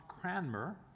Cranmer